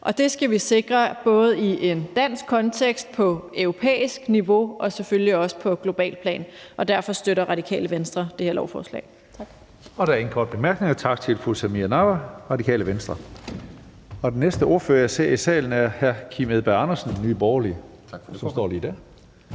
Det skal vi sikre både i en dansk kontekst, på europæisk niveau og selvfølgelig også på globalt plan, og derfor støtter Radikale Venstre det her lovforslag. Tak. Kl. 15:39 Tredje næstformand (Karsten Hønge): Der er ingen korte bemærkninger. Tak til fru Samira Nawa, Radikale Venstre. Den næste ordfører, jeg ser i salen, er hr. Kim Edberg Andersen fra Nye Borgerlige. Kl. 15:39 (Ordfører)